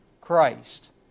Christ